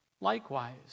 likewise